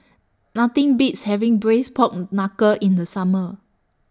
Nothing Beats having Braised Pork Knuckle in The Summer